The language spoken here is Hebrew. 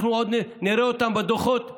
אנחנו עוד נראה אותם בדוחות הבאים,